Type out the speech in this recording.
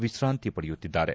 ವಿಶ್ರಾಂತಿ ಪಡೆಯುತ್ತಿದ್ದಾರೆ